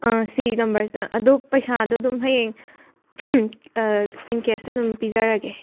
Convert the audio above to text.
ꯑ ꯁꯤ ꯅꯝꯕꯔꯁꯤꯗ ꯑꯗꯣ ꯄꯩꯁꯥꯗꯣ ꯑꯗꯨꯝ ꯍꯌꯦꯡ ꯏꯟ ꯀꯦꯁꯇ ꯑꯗꯨꯝ ꯄꯤꯖꯔꯒꯦ